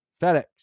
FedEx